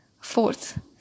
Fourth